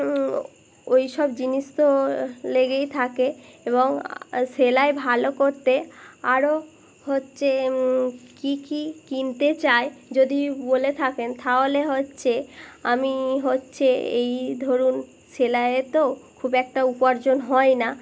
ওই সব জিনিস তো লেগেই থাকে এবং সেলাই ভালো করতে আরও হচ্ছে কী কী কিনতে চাই যদি বলে থাকেন তাহলে হচ্ছে আমি হচ্ছে এই ধরুন সেলাইয়ে তো খুব একটা উপার্জন হয় না